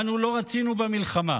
אנו לא רצינו במלחמה,